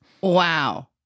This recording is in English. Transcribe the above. Wow